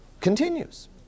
continues